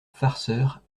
farceur